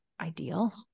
ideal